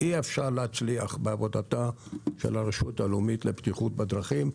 אי אפשר להצליח בעבודתה של הרשות הלאומית לבטיחות בדרכים.